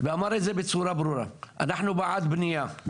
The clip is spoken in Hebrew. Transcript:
ואמר את זה בצורה ברורה, אנחנו בעד בנייה,